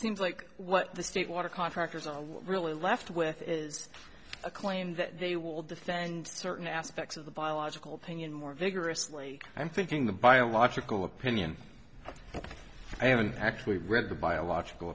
seems like what the state water contractors are really left with is a claim that they will defend certain aspects of the biological opinion more vigorously i'm thinking the biological opinion i haven't actually read the biological